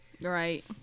Right